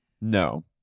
No